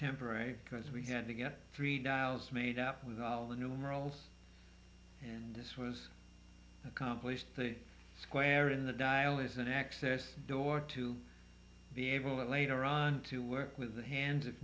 temporary because we had to get three dials made up with all the numerals and this was accomplished square in the dial is an access door to be able to later on to work with the hands if